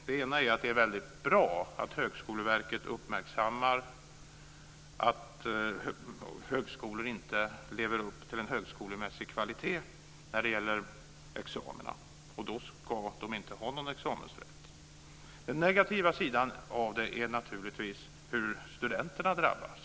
Den ena är att det är väldigt bra att Högskolverket uppmärksammar högskolor som inte lever upp till en högskolemässig kvalitet när det gäller examina, och då ska de inte ha någon examensrätt. Den negativa sidan är naturligtvis hur studenterna drabbas.